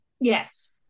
Yes